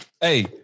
Hey